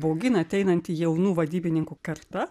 baugina ateinanti jaunų vadybininkų karta